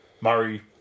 Murray